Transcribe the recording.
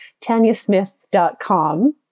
TanyaSmith.com